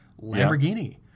Lamborghini